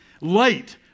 light